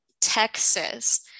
Texas